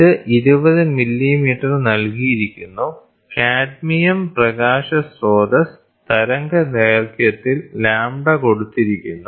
ഇത് 20 മില്ലിമീറ്റർ നൽകിയിരിക്കുന്നുകാഡ്മിയം പ്രകാശ സ്രോതസ്സ് തരംഗദൈർഘ്യത്തിൽ λ കൊടുത്തിരിക്കുന്നു